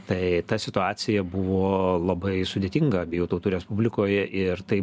tai ta situacija buvo labai sudėtinga abiejų tautų respublikoje ir tai